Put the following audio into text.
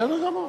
בסדר גמור.